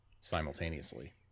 simultaneously